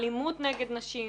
אלימות נגד נשים,